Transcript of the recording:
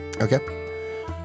Okay